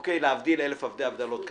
להבדיל אלף אלפי הבדלות כמובן.